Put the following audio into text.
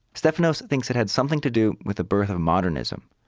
stefanos thinks that had something to do with the birth of modernism.